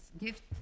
gift